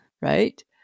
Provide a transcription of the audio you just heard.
Right